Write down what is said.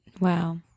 Wow